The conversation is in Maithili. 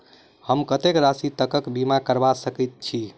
हम कत्तेक राशि तकक बीमा करबा सकैत छी?